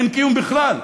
אין קיום בכלל.